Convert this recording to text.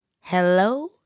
Hello